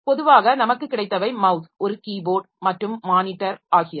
பொதுவாக நமக்கு கிடைத்தவை மவ்ஸ் ஒரு கீபோர்ட் மற்றும் மானிட்டர் ஆகியவை